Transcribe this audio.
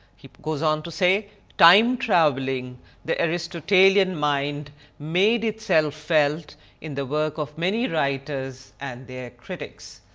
goes on to say time travelling the aristotelian mind made itself felt in the work of many writers and their critics.